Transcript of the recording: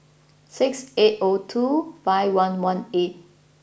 six eight O two five one one eight